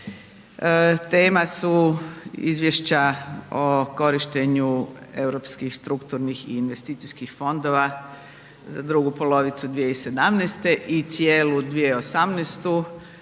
Tema su izvješća o korištenju europskih strukturnih i investicijskih fondova za drugu polovicu 2017. i cijelu 2018.